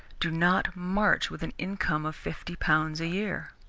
do not march with an income of fifty pounds a year.